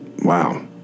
Wow